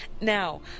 Now